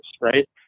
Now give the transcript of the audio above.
right